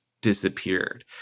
disappeared